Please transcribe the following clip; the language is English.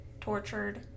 tortured